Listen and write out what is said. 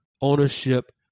ownership